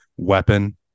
weapon